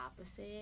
opposite